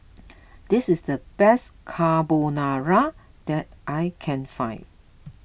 this is the best Carbonara that I can find